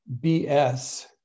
BS